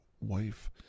wife